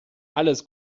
alles